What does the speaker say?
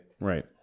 right